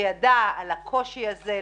שידע על הקושי הזה.